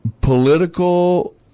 political